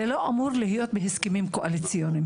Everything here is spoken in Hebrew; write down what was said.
זה לא אמור להיות בהסכמים קואליציוניים,